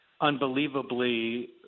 unbelievably